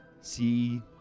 see